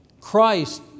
Christ